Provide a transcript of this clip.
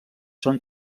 són